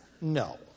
No